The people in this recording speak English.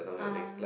oh